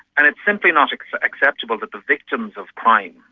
and it's simply not acceptable that the victims of crime,